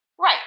Right